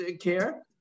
Care